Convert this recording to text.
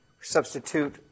substitute